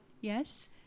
Yes